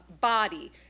body